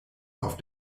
auf